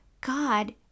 God